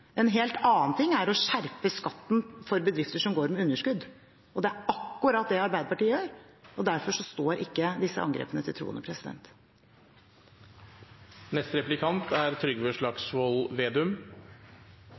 en helt annen ting er å skjerpe skatten for bedrifter som går med underskudd. Det er akkurat det Arbeiderpartiet gjør, og derfor står ikke disse angrepene til